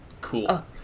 Cool